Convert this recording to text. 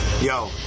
Yo